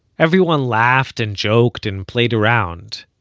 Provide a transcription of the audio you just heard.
everyone laughed, and joked, and played around.